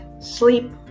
sleep